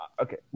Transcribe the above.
Okay